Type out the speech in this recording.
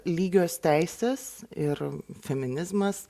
lygios teisės ir feminizmas